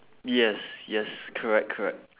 yes yes correct correct